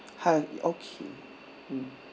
hi okay mm